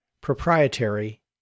proprietary